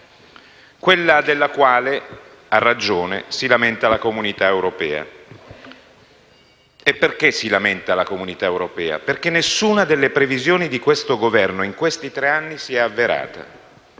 quello del quale, a ragione, si lamenta l'Unione europea. E perché si lamenta l'Unione europea? Perché nessuna delle previsioni di questo Governo in questi tre anni si è avverata.